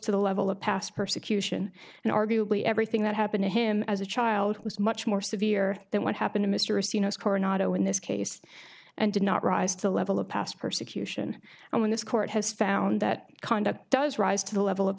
to the level of past persecution and arguably everything that happened to him as a child was much more severe than what happened in mr rhys you know score not zero in this case and did not rise to a level of past persecution and when this court has found that conduct does rise to the level of